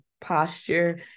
posture